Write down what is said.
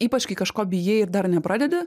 ypač kai kažko bijai ir dar nepradedi